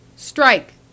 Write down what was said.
STRIKE